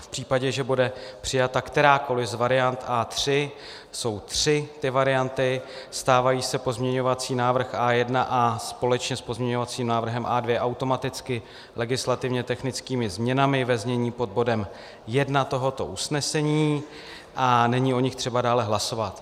V případě, že bude přijata kterákoli z variant A3, jsou tři ty varianty, stávají se pozměňovací návrh A1 společně s pozměňovacím návrhem A2 automaticky legislativně technickými změnami ve znění pod bodem 1 tohoto usnesení a není o nich třeba dále hlasovat.